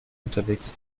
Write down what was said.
unterwegs